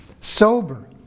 sober